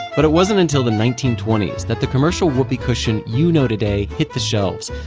but it wasn't until the nineteen twenty s that the commercial whoopee cushion you know today hit the shelves.